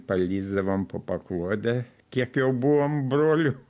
palįsdavom po paklode kiek jau buvom brolių